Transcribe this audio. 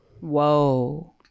Whoa